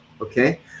okay